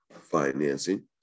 financing